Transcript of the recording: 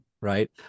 right